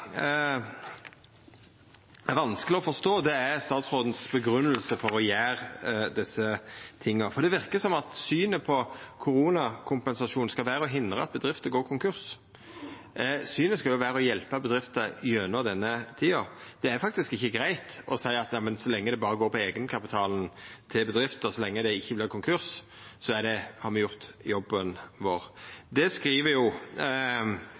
er vanskeleg å forstå, er statsråden si grunngjeving for å gjera dette. Det verkar som om synet på koronakompensasjonen skal vera å hindra at bedrifter går konkurs. Synet skal jo vera å hjelpa bedrifter gjennom denne tida. Det er faktisk ikkje greitt å seia at så lenge det går på eigenkapitalen til bedrifter, så lenge det ikkje vert konkurs, så har ein gjort jobben sin. Det skriv